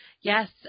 Yes